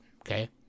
okay